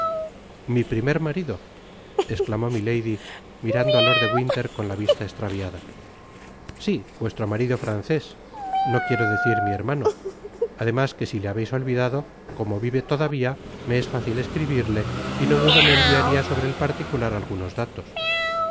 mi primer marido esclamó milady mirando á lord de winter con la vista egtraviada si vuestro marido francés no quiero decir mi hermano además que si le habeis olvidado como vive todavia me es fácil escribirle y no dado me enviaria sobre el particular algunos datos